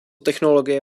technologie